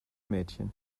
mädchen